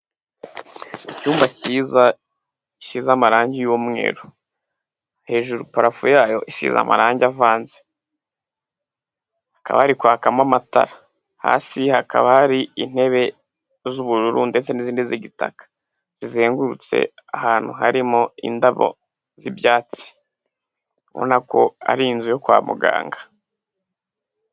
Icyumba cyiza gisize amarangi y'umweru. Hejuru parafo yayo isize amarangi avanze. Hakaba hari kwakamo amatara. Hasi hakaba hari intebe z'ubururu ndetse n'izindi z'igitaka. Zizengurutse ahantu harimo indabo z'ibyatsi. Ubona ko ari inzu yo kwa muganga.